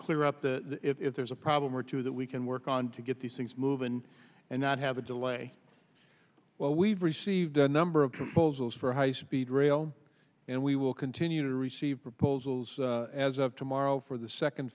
clear up the if there's a problem or two that we can work on to get these things move in and not have a delay well we've received a number of proposals for high speed rail and we will continue to receive proposals as of tomorrow for the second